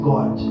God